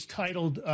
titled